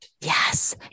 Yes